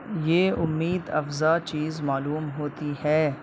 یہ امید افزا چیز معلوم ہوتی ہے